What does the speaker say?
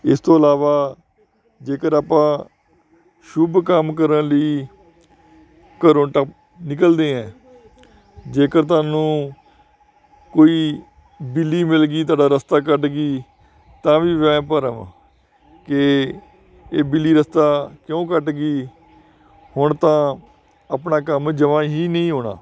ਇਸ ਤੋਂ ਇਲਾਵਾ ਜੇਕਰ ਆਪਾਂ ਸ਼ੁਭ ਕੰਮ ਕਰਨ ਲਈ ਘਰੋਂ ਟ ਨਿਕਲਦੇ ਹਾਂ ਜੇਕਰ ਤੁਹਾਨੂੰ ਕੋਈ ਬਿੱਲੀ ਮਿਲ ਗਈ ਤੁਹਾਡਾ ਰਸਤਾ ਕੱਟ ਗਈ ਤਾਂ ਵੀ ਵਹਿਮ ਭਰਮ ਕਿ ਇਹ ਬਿੱਲੀ ਰਸਤਾ ਕਿਉਂ ਕੱਟ ਗਈ ਹੁਣ ਤਾਂ ਆਪਣਾ ਕੰਮ ਜਮਾਂ ਹੀ ਨਹੀਂ ਹੋਣਾ